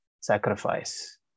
sacrifice